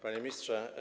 Panie Ministrze!